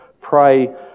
pray